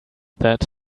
that